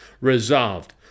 resolved